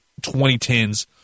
2010s